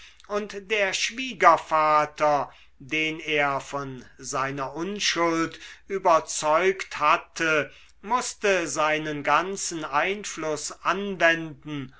und der schwiegervater den er von seiner unschuld überzeugt hatte mußte seinen ganzen einfluß anwenden